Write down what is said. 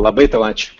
labai tau ačiū